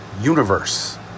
universe